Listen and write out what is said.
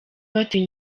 batuye